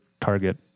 target